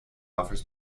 offers